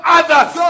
others